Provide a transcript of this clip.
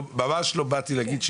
ממש לא באתי להגיד,